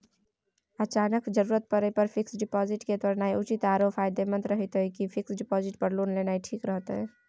अचानक जरूरत परै पर फीक्स डिपॉजिट के तोरनाय उचित आरो फायदामंद रहतै कि फिक्स डिपॉजिट पर लोन लेनाय ठीक रहतै?